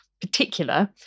particular